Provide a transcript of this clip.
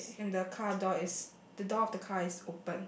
and the car door is the door of the car is open